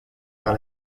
par